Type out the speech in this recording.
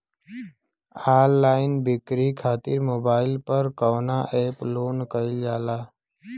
Online बिक्री खातिर mobile पर कवना एप्स लोन कईल जाला?